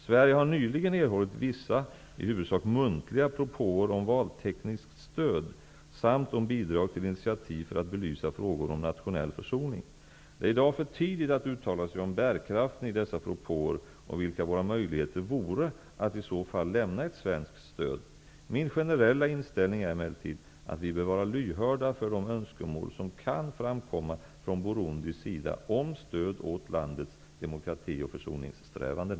Sverige har nyligen erhållit vissa i huvudsak muntliga propåer om valtekniskt stöd samt om bidrag till initiativ för att belysa frågor om nationell försoning. Det är i dag för tidigt att uttala sig om bärkraften i dessa propåer och vilka våra möjligheter vore att i så fall lämna ett svenskt stöd. Min generella inställning är emellertid att vi bör vara lyhörda för de önskemål som kan framkomma från Burundis sida om stöd åt landets demokratioch försoningssträvanden.